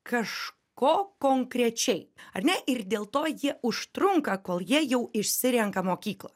kažko konkrečiai ar ne ir dėl to jie užtrunka kol jie jau išsirenka mokyklą